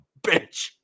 bitch